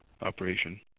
operation